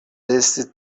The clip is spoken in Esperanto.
esti